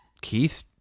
keith